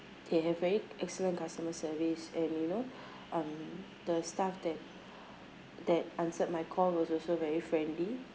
they have very excellent customer service and you know um the staff that that answered my call was also very friendly